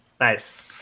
nice